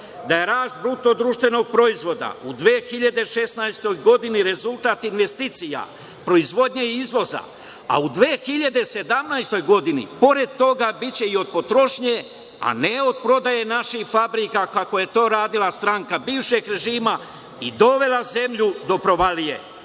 da je rast BDP u 2016. godini rezultat investicija, proizvodnje i izvoza, a u 2017. godini, pored toga biće i od potrošnje, a ne od prodaje naših fabrika, kako je to radila stranka bivšeg režima i dovela zemlju do provalije.